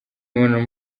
imibonano